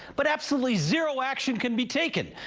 but absolutely zero action can be taken.